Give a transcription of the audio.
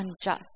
unjust